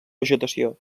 vegetació